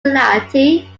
reality